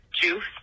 juice